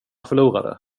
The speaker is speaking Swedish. förlorade